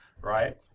right